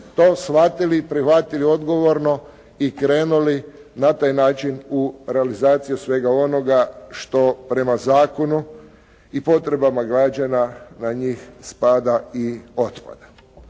to shvatili i prihvatili odgovorno i krenuli na taj način u realizaciju svega onoga što prema zakonu i potrebama građana na njih spada i otpada.